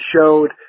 showed